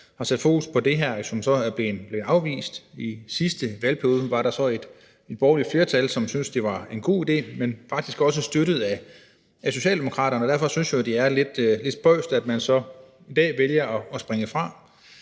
har sat fokus på det her, og som er blevet afvist. I sidste valgperiode var der så et borgerligt flertal, som syntes, det var en god idé, faktisk også støttet af Socialdemokraterne, og derfor synes jeg jo, det er lidt spøjst, at man så i dag vælger at springe fra.